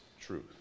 truth